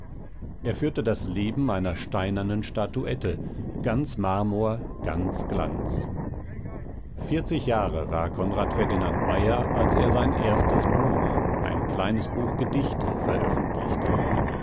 er führte das leben einer steinernen statuette ganz marmor ganz glanz vierzig jahre war c f meyer als er sein erstes buch ein kleines buch gedichte veröffentlichte